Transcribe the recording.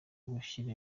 gushyira